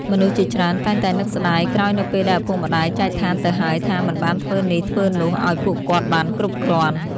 មនុស្សជាច្រើនតែងតែនឹកស្តាយក្រោយនៅពេលដែលឪពុកម្តាយចែកឋានទៅហើយថា មិនបានធ្វើនេះធ្វើនោះឲ្យពួកគាត់បានគ្រប់គ្រាន់។